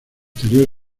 exterior